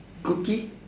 cookie